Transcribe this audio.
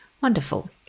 wonderful